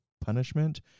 punishment